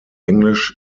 englisch